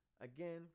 again